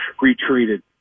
retreated